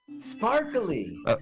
Sparkly